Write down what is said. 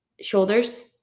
shoulders